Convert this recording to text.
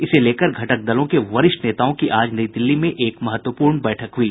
इसे लेकर घटक दलों के वरिष्ठ नेताओं की आज नई दिल्ली में एक महत्वपूर्ण बैठक हुई